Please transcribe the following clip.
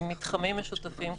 עם מתחמים משותפים,